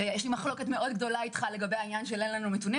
יש לי מחלוקת גדולה איתך לגבי העניין של הנתונים.